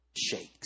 shakes